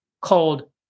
called